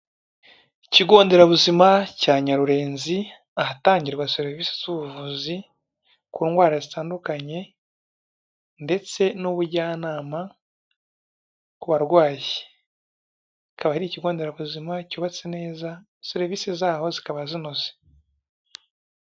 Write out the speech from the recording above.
Ikigo nderabuzima cya Nyarurenzi, ahatangirwa serivisi z'ubuvuzi ku ndwara zitandukanye, ndetse n'ubujyanama ku barwayi. Kikaba ari ikigo nderabuzima cyubatse neza serivisi zaho zikaba zinoze.